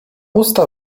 usta